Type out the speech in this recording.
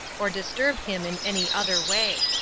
or disturb him in any other way.